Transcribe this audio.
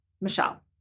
Michelle